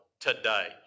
today